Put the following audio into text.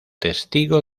testigo